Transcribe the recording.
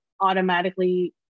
automatically